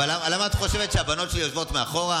אבל למה את חושבת שהבנות שלי יושבות מאחור?